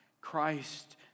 Christ